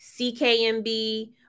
CKMB